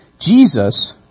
Jesus